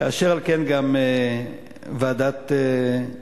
אשר על כן, גם ועדת השרים